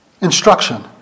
Instruction